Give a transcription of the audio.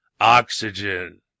oxygen